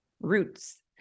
roots